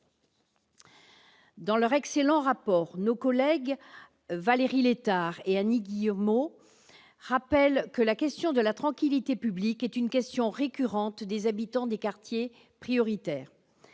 Dans leur excellent rapport, nos collègues Valérie Létard et Annie Guillemot rappellent que la question de la tranquillité publique est une demande récurrente des habitants des quartiers prioritaires.